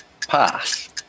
Pass